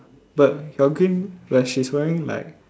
but your green but she's wearing like